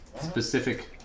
specific